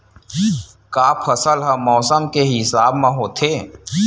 का फसल ह मौसम के हिसाब म होथे?